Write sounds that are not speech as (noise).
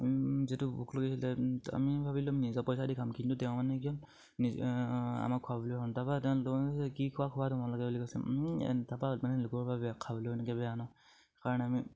(unintelligible) আমি ভাবিলোঁ নিজৰ পইচা দি খাম কিন্তু তেওঁ মানে কি আমাক খোৱাবলৈ (unintelligible) কি খোৱা খোৱা তোমালোকে বুলি কৈছে তাপা মানে লোকৰ (unintelligible)